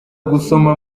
gusoma